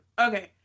Okay